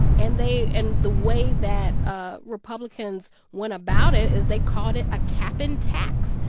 and they and the way that ah republicans went about it is they called it a cap and tax.